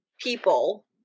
people